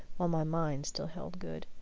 while my mind still held good.